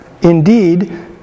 Indeed